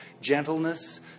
gentleness